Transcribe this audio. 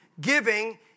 Giving